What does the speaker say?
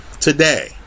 today